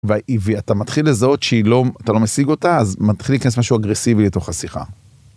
והיא... ואתה מתחיל לזהות שהיא לא... אתה לא משיג אותה, אז מתחיל להיכנס משהו אגרסיבי לתוך השיחה.